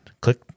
Click